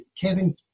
Kevin